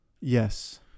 Yes